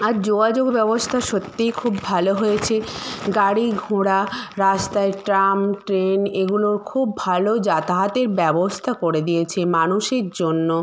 আর যোগাযোগ ব্যবস্থা সত্যিই খুব ভালো হয়েছে গাড়ি ঘোড়া রাস্তায় ট্রাম ট্রেন এগুলোর খুব ভালো যাতায়াতের ব্যবস্থা করে দিয়েছে মানুষের জন্য